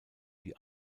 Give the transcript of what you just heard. die